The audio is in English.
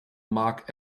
mark